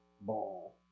ball